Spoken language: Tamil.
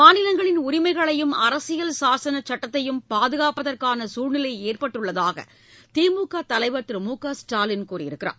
மாநிலங்களின் உரிமைகளையும் அரசியல் சாசன சுட்டத்தையும் பாதுகாப்பதற்கான சூழ்நிலை ஏற்பட்டுள்ளதாக திமுக தலைவர் திரு மு க ஸ்டாலின் கூறியிருக்கிறார்